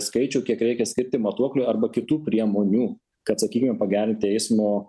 skaičių kiek reikia skirti matuokliui arba kitų priemonių kad sakykime pagerti eismo